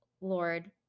lord